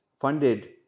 funded